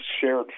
shared